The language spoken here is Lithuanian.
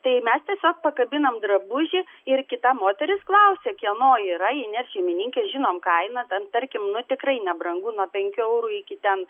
tai mes tiesiog pakabinam drabužį ir kita moteris klausia kieno yra jei nėr šeimininkės žinom kainą ten tarkim tikrai nebrangu nuo penkių eurų iki ten